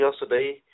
yesterday